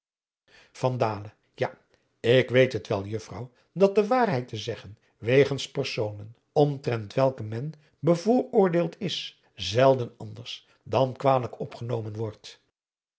ja ik weet het wel juffrouw dat de waarheid te zeggen wegens personen omtrent welke men bevooroordeeld is zelden anders dan kwalijk opgenomen wordt